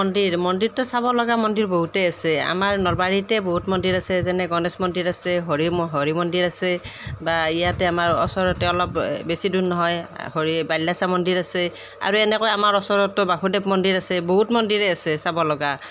মন্দিৰ মন্দিৰতো চাবলগা মন্দিৰ বহুতেই আছে আমাৰ নলবাৰীতেই বহুত মন্দিৰ আছে যেনে গণেশ মন্দিৰ আছে হৰি হৰি মন্দিৰ আছে বা ইয়াতে আমাৰ ওচৰতে অলপ বেছি দূৰ নহয় হৰি বাল্যচ মন্দিৰ আছে আৰু এনেকৈ আমাৰ ওচৰততো বাসুদেৱ মন্দিৰ আছে বহুত মন্দিৰেই আছে চাবলগা